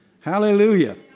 Hallelujah